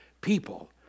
people